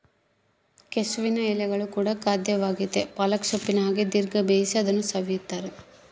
ಕೆಸುವಿನ ಎಲೆಗಳು ಕೂಡ ಖಾದ್ಯವಾಗೆತೇ ಪಾಲಕ್ ಸೊಪ್ಪಿನ ಹಾಗೆ ದೀರ್ಘ ಬೇಯಿಸಿ ಅದನ್ನು ಸವಿಯುತ್ತಾರೆ